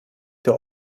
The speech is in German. der